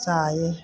जायो